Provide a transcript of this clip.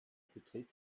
beträgt